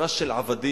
מחברה של עבדים,